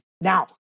Now